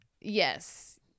Yes